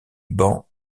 ban